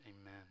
amen